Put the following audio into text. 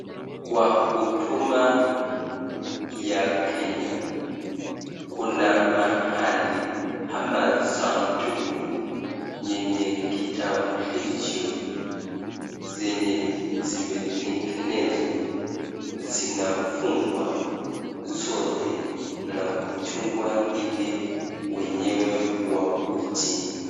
Kwa Huduma ya Kenya kuna mahali ama sanduku yenye kitambulisho zenye zimetengenezwa zinafungwa zote na kuchungwa ili wenyewe wakujie.